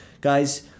guys